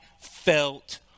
felt